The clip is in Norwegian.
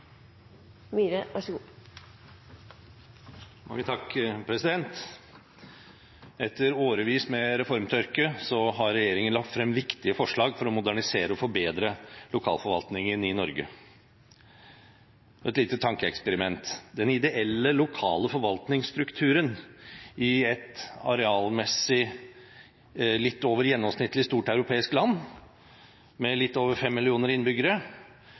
er gjort så langt. Etter årevis med reformtørke har regjeringen lagt frem viktige forslag for å modernisere og forbedre lokalforvaltningen i Norge. Et lite tankeeksperiment: Den ideelle lokale forvaltningsstrukturen i et arealmessig litt over gjennomsnittlig stort europeisk land med litt over